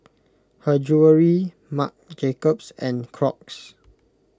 Her Jewellery Marc Jacobs and Crocs